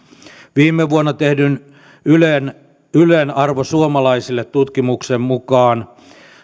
viime vuonna tehdyn ylen ylen arvo suomalaisille tutkimuksen mukaan